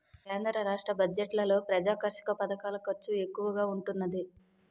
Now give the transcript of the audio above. కేంద్ర రాష్ట్ర బడ్జెట్లలో ప్రజాకర్షక పధకాల ఖర్చు ఎక్కువగా ఉంటున్నాది